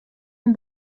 oan